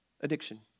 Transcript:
addiction